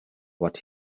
what